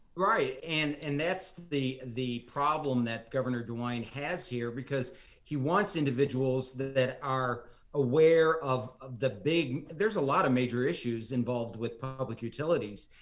right. and and that's the the problem that governor dewine has here because he wants individuals that are aware of of the big there's a lot of major issues involved with public utilities,